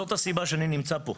זאת הסיבה שאני נמצא פה,